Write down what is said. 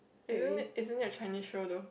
isn't it isn't it a Chinese show though